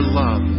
love